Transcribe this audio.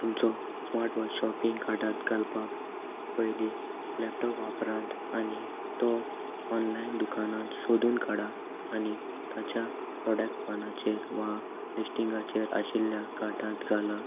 तुमचो smart watch shopping कार्टांत घालपाक पयलीं लॅपटॉप वापरात आनी तो ऑनलायन दुकानांत सोदून काडा आनी ताच्या प्रोडक्ट पानाचेर वा लिस्टिंगाचेर आशिल्ल्या कार्टांत घाला